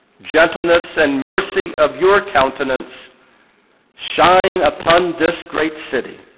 gentleness and mercy of your continence shine upon this great city